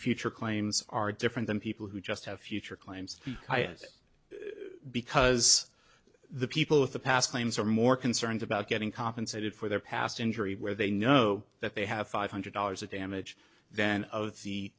future claims are different than people who just have future climes because the people with the past claims are more concerned about getting compensated for their past injury where they know that they have five hundred dollars of damage then